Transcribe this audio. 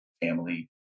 family